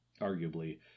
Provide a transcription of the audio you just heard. arguably